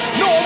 no